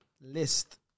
list